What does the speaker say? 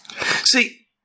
See